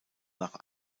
nach